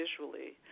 visually